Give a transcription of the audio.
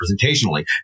representationally